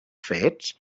fets